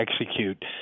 execute